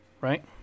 right